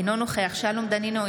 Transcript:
אינו נוכח שלום דנינו,